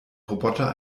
roboter